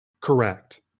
correct